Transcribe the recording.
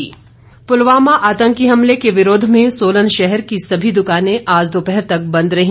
विरोध पुलवामा आतंकी हमले के विरोध में सोलन शहर की सभी दुकानें आज दोपहर तक बंद रही